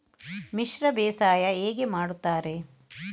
ಮಿಶ್ರ ಬೇಸಾಯ ಹೇಗೆ ಮಾಡುತ್ತಾರೆ?